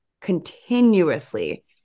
continuously